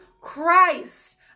Christ